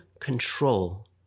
control